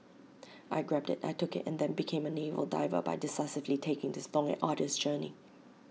I grabbed IT I took IT and then became A naval diver by decisively taking this long and arduous journey